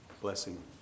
blessing